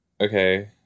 Okay